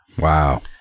Wow